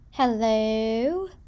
hello